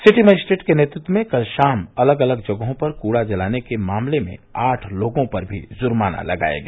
city magistrate के नेतृत्व में कल शाम अलग अलग जगहों पर कूड़ा जलाने के मामले में आठ लोगों पर भी जुर्माना लगाया गया